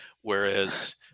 whereas